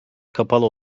kapalı